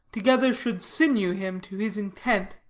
together should sinew him to his intent.